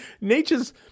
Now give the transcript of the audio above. nature's